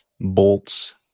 bolts